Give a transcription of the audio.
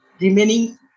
remaining